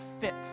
fit